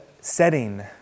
setting